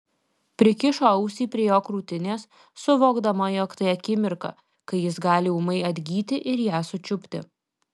prikišo ausį prie jo krūtinės suvokdama jog tai akimirka kai jis gali ūmai atgyti ir ją sučiupti